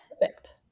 Perfect